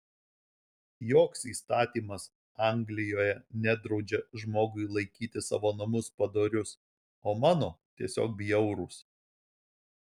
joks įstatymas anglijoje nedraudžia žmogui laikyti savo namus padorius o mano tiesiog bjaurūs